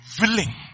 willing